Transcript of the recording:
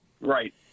Right